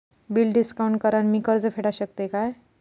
Bill discount करान मी कर्ज फेडा शकताय काय?